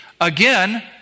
Again